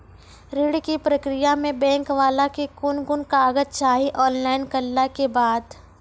ऋण के प्रक्रिया मे बैंक वाला के कुन कुन कागज चाही, ऑनलाइन करला के बाद?